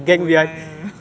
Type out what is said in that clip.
oh ya ya ya